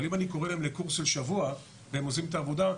אבל אם אני קורא להם לקורס של שבוע והם עוזבים את העבודה,